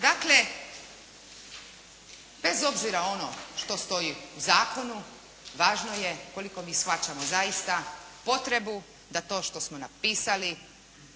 Dakle, bez obzira ono što stoji u zakonu važno je koliko mi shvaćamo zaista potrebu da to što smo napisali